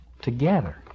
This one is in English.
together